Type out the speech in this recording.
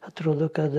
atrodo kad